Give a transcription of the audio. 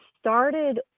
started